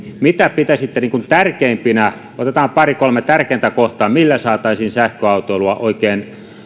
mitä pitäisitte tärkeimpänä otetaan pari kolme tärkeintä kohtaa millä saataisiin sähköautoilua oikein